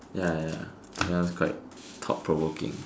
ya ya that one was quite thought provoking